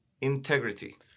Integrity